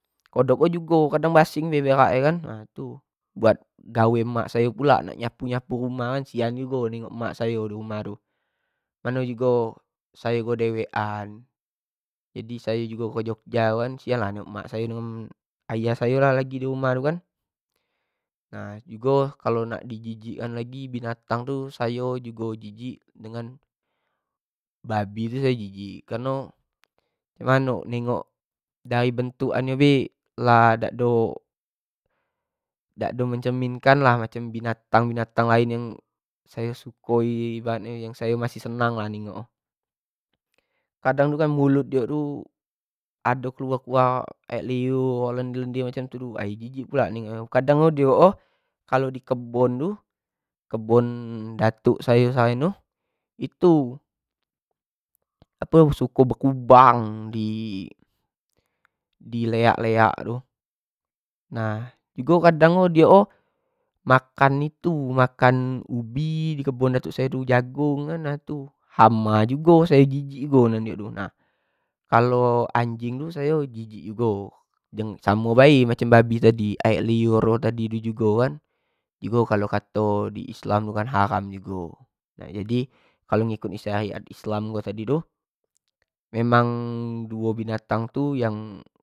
Kodok ko jugo kadang ko basing bae berak nyo kan, nah tu buat gawe mak ayo pulak buat nyapu-nyapu rumah kan, sian jugo nengok mak sayo di rumah tu mano jugo sayo ko dewek aa, sayo jugo ke jogja yu kan sian lah nengok mak sayo ayah sayo lah lagi di umah itu kan, nah jugo kalau nak di jijik an lagi binatang tu sayo jugo jijik dengan babi, babi tu sayo jijik kareno nengok-nengok dari bentuk an nyo bae lah dak ado-dak ado mencermin kan lah macam binatang-binatang lain yang sayo suko i, ibarat nyo yang sayo masih senang lah ningok nyo, kadang kan mulut diok tu ado keluar-keluar air liur, lender-lender macam tu tu ai jijik pulak nengok nyo tu, kadang ko diok ko di kebon tu, kebon datuk sayo sano tu, itu suko bekubang di leak-leak tu nah, kadang jugo diok ko makan itu, makan ubi di kebun datuk sayo tu, jagung, nah itu hama jugo sayo jijik jugo nengok nyo tu, nah kalo anjing tu sayo jijik jugo dengan samo bae macam babi tadi aek liur tu ado jugo kan, kalo kato di islam tu kan haram jugo, nah jadi kalo ngikut syariat islam tadi tu memang duo binatang tu yang.